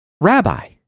Rabbi